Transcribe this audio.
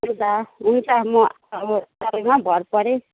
हुन्छ हुन्छ म अब तपाईँमा भर परेँ